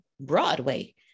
Broadway